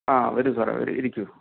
ആ വരൂ സാറെ വരൂ ഇരിക്കൂ